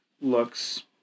looks